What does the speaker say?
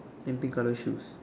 and pink colour shoes